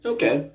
Okay